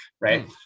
right